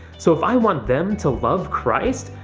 so if i want them to love christ,